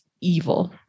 evil